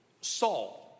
Saul